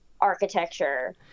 architecture